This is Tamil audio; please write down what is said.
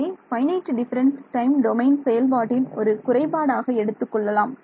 இதை ஃபைனைட் டிஃபரன்ஸ் டைம் டொமைன் செயல்பாட்டின் ஒரு குறைபாடாக எடுத்துக்கொள்ளலாம்